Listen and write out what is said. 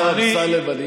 השר אמסלם,